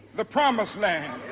the promised land.